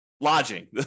lodging